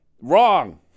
Wrong